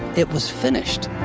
it was finished.